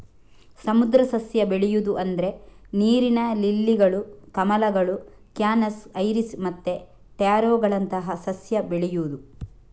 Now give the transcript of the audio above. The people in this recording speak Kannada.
ಸಮುದ್ರ ಸಸ್ಯ ಬೆಳೆಯುದು ಅಂದ್ರೆ ನೀರಿನ ಲಿಲ್ಲಿಗಳು, ಕಮಲಗಳು, ಕ್ಯಾನಸ್, ಐರಿಸ್ ಮತ್ತೆ ಟ್ಯಾರೋಗಳಂತಹ ಸಸ್ಯ ಬೆಳೆಯುದು